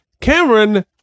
Cameron